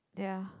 ya